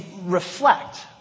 reflect